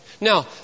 Now